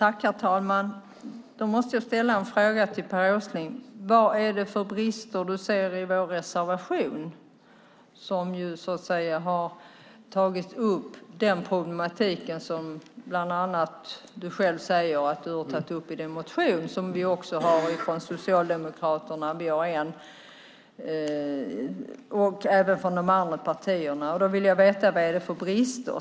Herr talman! Då måste jag ställa en fråga till Per Åsling: Vad är det för brister du ser i vår reservation? Vi har ju tagit upp den problematik som bland annat du själv säger att du har tagit upp i din motion. Vi har också gjort det från Socialdemokraterna. Även de andra partierna har gjort det. Då vill jag veta vad det är för brister.